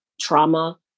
trauma